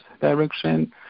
direction